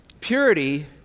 purity